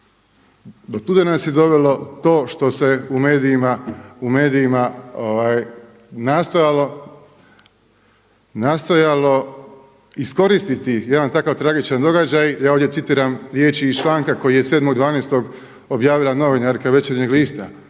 Do tuda nas je dovelo to što se u medijima nastojalo iskoristiti jedan takav tragičan događaj. Ja ovdje citiram riječi iz članka koji je 7.12. objavila novinarka Večernjeg lista